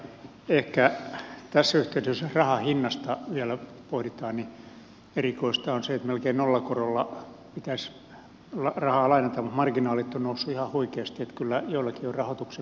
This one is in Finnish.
ehkä tässä yhteydessä jos rahan hintaa vielä pohditaan erikoista on se että melkein nollakorolla pitäisi rahaa lainata mutta marginaalit ovat nousseet ihan huikeasti niin että kyllä joillakin on rahoituksen kanssa ongelmia